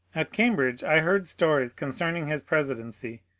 at cam bridge i heard stories concerning his presidency,